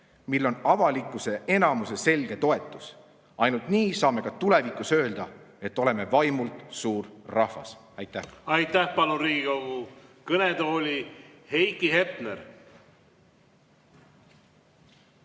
millel on avalikkuse enamuse selge toetus. Ainult nii saame ka tulevikus öelda, et oleme vaimult suur rahvas. Aitäh! Aitäh! Palun Riigikogu kõnetooli Heiki Hepneri.